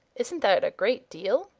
isn't that a great deal?